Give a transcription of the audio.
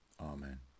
Amen